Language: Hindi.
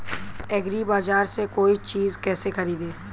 एग्रीबाजार से कोई चीज केसे खरीदें?